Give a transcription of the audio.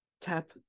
Tap